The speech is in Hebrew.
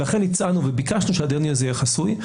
ולכן הצענו וביקשנו שהדיון הזה יהיה חסוי.